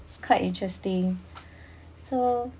it's quite interesting so